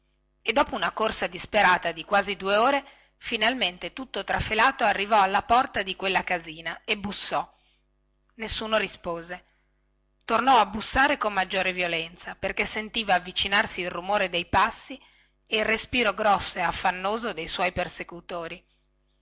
e dopo una corsa disperata di quasi due ore finalmente tutto trafelato arrivò alla porta di quella casina e bussò nessuno rispose tornò a bussare con maggior violenza perché sentiva avvicinarsi il rumore dei passi e il respiro grosso e affannoso de suoi persecutori